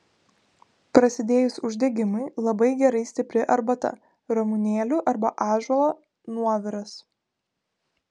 prasidėjus uždegimui labai gerai stipri arbata ramunėlių arba ąžuolo nuoviras